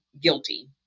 guilty